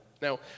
Now